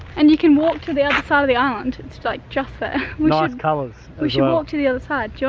and you can walk to the other side of the island. it's like just there. nice colours. we should walk to the other side. do you